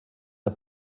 der